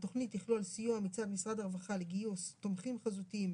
התכנית תכלול סיוע מצב משרד הרווחה לגיוס תומכים חזותיים,